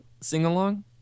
sing-along